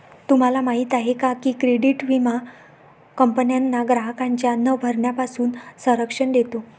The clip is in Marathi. तुम्हाला माहिती आहे का की क्रेडिट विमा कंपन्यांना ग्राहकांच्या न भरण्यापासून संरक्षण देतो